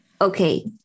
okay